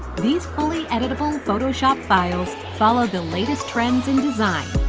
these fully editable photoshop files follow the latest trends in design,